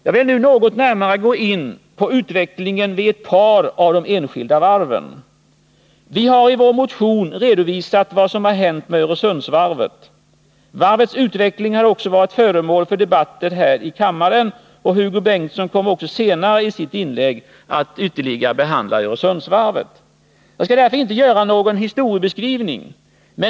Jag vill nu något närmare gå in på utvecklingen vid ett par av de enskilda varven. Vi har i vår motion redovisat vad som har hänt med Öresundsvarvet. Varvets utveckling har också varit föremål för debatter här i kammaren. Hugo Bengtsson kommer i sitt inlägg senare att ytterligare behandla Öresundsvarvet. Jag skall därför inte göra någon historiebeskrivning.